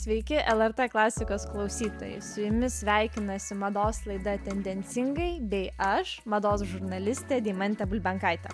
sveiki lrt klasikos klausytojai su jumis sveikinasi mados laida tendencingai bei aš mados žurnalistė deimantė bulbenkaitė